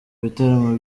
bitaramo